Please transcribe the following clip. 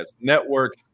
Network